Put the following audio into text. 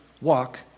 walk